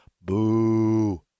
boo